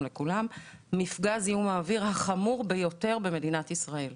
לכולם: מפגע זיהום האוויר החמור ביותר במדינת ישראל.